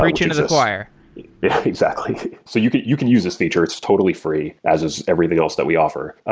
preaching to the choir. yeah, exactly. so you can you can use this feature. it's totally free, as is everything else that we offer.